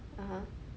(uh huh)